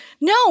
no